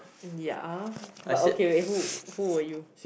yeah but okay with who who were you